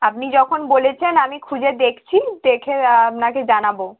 আপনি যখন বলেছেন আমি খুঁজে দেখছি দেখে আপনাকে জানাবো